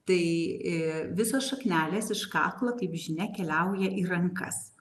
tai visos šaknelės iš kaklo kaip žinia keliauja į rankas